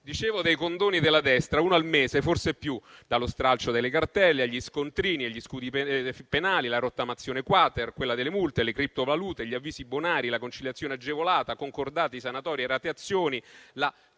Dicevo dei condoni della destra: uno al mese, forse di più, dallo stralcio delle cartelle agli scontrini, agli scudi penali, alla rottamazione *quater*, alle multe, le criptovalute, gli avvisi bonari, la conciliazione agevolata, concordati, sanatorie, rateazioni, la